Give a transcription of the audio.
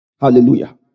Hallelujah